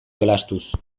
jolastuz